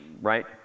right